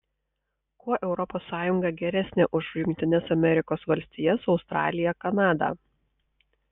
kuo europos sąjunga geresnė už jungtines amerikos valstijas australiją kanadą